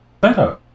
better